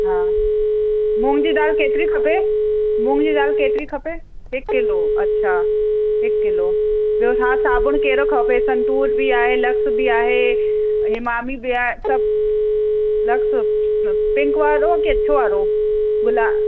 हा मूंग जी दाल केतिरी खपे मूंग जी दाल केतिरी खपे हिकु किलो अछा हिकु किलो ॿियो छा साबुणु कहिड़ो खपे संतूर बि आहे लक्स बि आहे हिमामी बि आहे सभु लक्स पिंक वारो की अछो वारो गुला